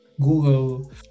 Google